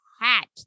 hat